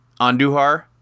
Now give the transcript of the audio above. Anduhar